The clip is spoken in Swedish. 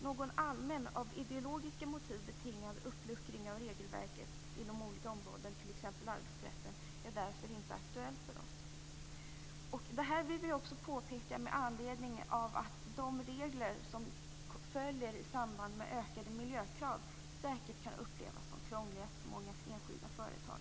Någon allmän, av ideologiska motiv betingad uppluckring av regelverket inom olika områden, t.ex. arbetsrätten, är därför inte aktuell för oss. Detta vill vi påpeka med anledning av att de regler som följer i samband med ökade miljökrav säkert kan upplevas som krångliga för många enskilda företagare.